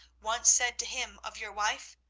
once said to him of your wife,